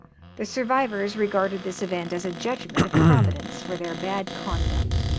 the survivors regarded this event as a judgment of providence for their bad conduct,